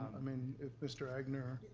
i mean if mr. egnor,